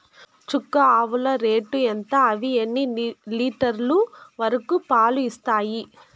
చుక్క ఆవుల రేటు ఎంత? అవి ఎన్ని లీటర్లు వరకు పాలు ఇస్తాయి?